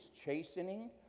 chastening